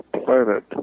planet